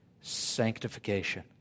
sanctification